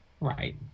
Right